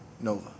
Nova